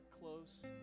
close